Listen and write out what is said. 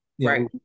Right